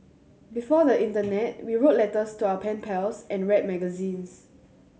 before the internet we wrote letters to our pen pals and read magazines